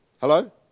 Hello